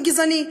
באופן גזעני,